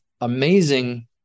amazing